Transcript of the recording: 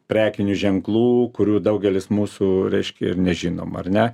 prekinių ženklų kurių daugelis mūsų reiškia ir nežinom ar ne